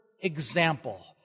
example